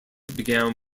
began